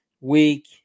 week